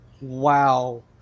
Wow